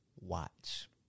watch